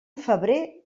febrer